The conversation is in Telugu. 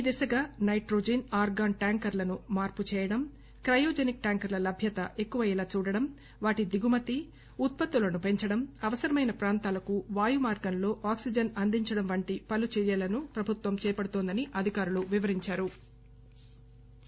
ఈ దిశగా నెట్రోజన్ ఆర్గాన్ ట్యాంకర్లను మార్పుచేయడం క్రయోజనిక్ ట్యాంకర్ల లభ్వత ఎక్కువయ్యేలా చూడటం వాటి దిగుమతి ఉత్పత్తులను పెంచడం అవసరమైన ప్రాంతాలకు వాయు మార్గంలో అందించడం వంటి పలు చర్చలను ప్రభుత్వం చేపడుతోందని అధికారులు వివరించారు